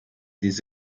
des